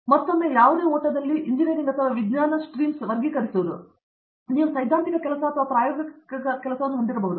ಈಗ ಮತ್ತೊಮ್ಮೆ ಯಾವುದೇ ಓಟದಲ್ಲಿ ಅವರ ಎಂಜಿನಿಯರಿಂಗ್ ಅಥವಾ ವಿಜ್ಞಾನ ಸ್ಟ್ರೀಮ್ಸ್ ವರ್ಗೀಕರಿಸುವುದು ನೀವು ಸೈದ್ಧಾಂತಿಕ ಕೆಲಸ ಅಥವಾ ಪ್ರಾಯೋಗಿಕ ಕೆಲಸವನ್ನು ಹೊಂದಿರಬಹುದು